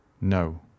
No